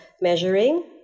measuring